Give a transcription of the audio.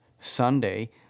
Sunday